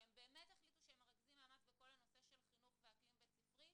כי הם באמת החליטו שהם מרכזים מאמץ בכל הנושא של חינוך ואקלים בית ספרי,